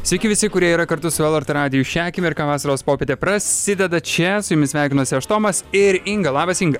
sveiki visi kurie yra kartu su lrt radiju šią akimirką vasaros popietė prasideda čia su jumis sveikinuosi aš tomas ir inga labas inga